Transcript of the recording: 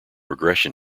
regression